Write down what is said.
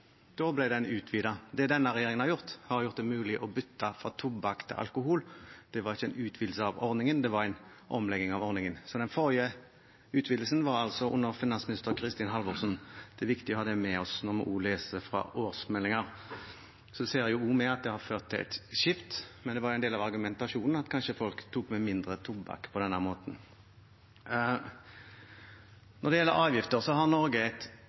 Det denne regjeringen har gjort, er å gjøre det mulig å bytte fra tobakk til alkohol. Det var ingen utvidelse av ordningen. Det var en omlegging av ordningen. Den forrige utvidelsen kom altså under finansminister Kristin Halvorsen. Det er viktig å ha det med oss når vi leser årsmeldinger. Vi ser òg at det har ført til et skifte, men det var en del av argumentasjonen at folk kanskje tok med mindre tobakk på denne måten. Når det gjelder avgifter, har Norge et